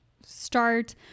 start